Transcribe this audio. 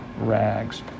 rags